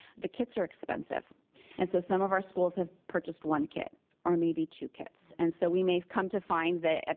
the kits are expensive and so some of our schools have purchased one kit or maybe two kits and so we may have come to find that,